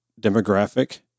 demographic